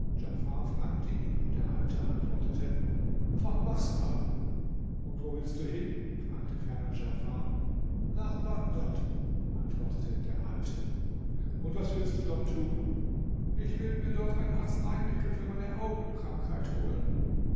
fragte ihn und der alte antwortete von baßrah und wo willst du hin fragte ferner djafar nach bagdad antwortete der alte und was willst du dort tun ich will mir dort ein arzneimittel für meine augenkrankheit holen